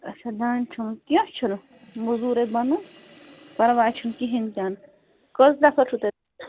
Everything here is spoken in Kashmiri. اچھا دانہ چھوٚمبُن کینٛہہ چھُنہٕ موٚزوٗرے بَنَن پرواے چھُنہٕ کِہِنۍ تہِ نہٕ کٔژ نَفَر چھو تۄہہِ